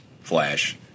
Flash